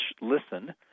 listen